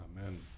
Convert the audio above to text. Amen